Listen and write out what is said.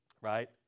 right